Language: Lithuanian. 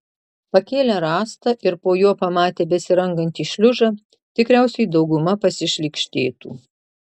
pakėlę rąstą ir po juo pamatę besirangantį šliužą tikriausiai dauguma pasišlykštėtų